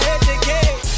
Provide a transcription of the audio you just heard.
educate